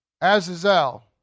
Azazel